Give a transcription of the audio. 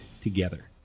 together